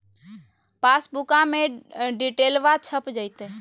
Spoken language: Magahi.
पासबुका में डिटेल्बा छप जयते?